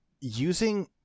using